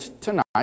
tonight